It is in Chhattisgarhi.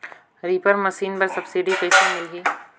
रीपर मशीन बर सब्सिडी कइसे मिलही?